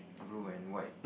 blue and white